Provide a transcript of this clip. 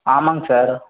ஆமாங்க சார்